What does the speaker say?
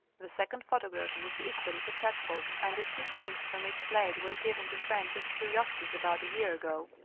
the second photograph was equally successful, and a few prints from each plate were given to friends as curiosities about a year ago.